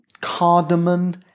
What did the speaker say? cardamom